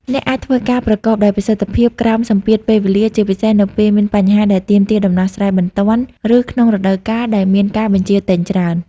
អ្នកអាចធ្វើការប្រកបដោយប្រសិទ្ធភាពក្រោមសម្ពាធពេលវេលា ជាពិសេសនៅពេលមានបញ្ហាដែលទាមទារដំណោះស្រាយបន្ទាន់ ឬក្នុងរដូវកាលដែលមានការបញ្ជាទិញច្រើន។